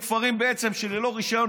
כפרים ללא רישיון,